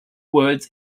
words